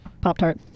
Pop-Tart